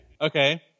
okay